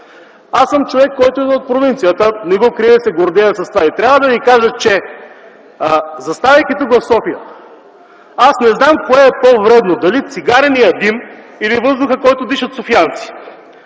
Аз съм човек, който идва от провинцията. Не го крия, а се гордея с това. Трябва да Ви кажа че, идвайки тук, в София, аз не знам кое е по-вредно – дали цигареният дим, или въздухът, който дишат софиянци?